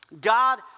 God